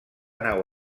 nau